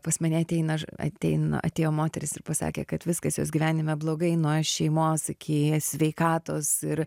pas mane ateina ž atein atėjo moteris ir pasakė kad viskas jos gyvenime blogai nuo šeimos iki sveikatos ir